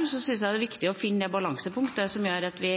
syns jeg det er viktig å finne det balansepunktet som gjør at vi